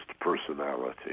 personality